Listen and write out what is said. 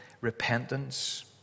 repentance